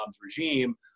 regime